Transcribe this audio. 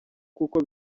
kuko